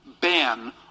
ban